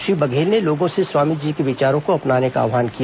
श्री बघेल ने लोगों से स्वामीजी को विचारों को अपनाने का आव्हान किया